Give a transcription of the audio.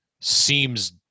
seems